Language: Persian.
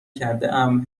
کردهام